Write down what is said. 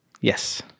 Yes